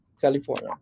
California